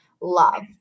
love